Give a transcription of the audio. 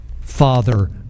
Father